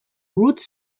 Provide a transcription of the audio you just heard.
roots